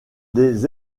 des